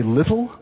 little